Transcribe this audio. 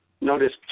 Notice